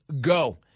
Go